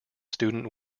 student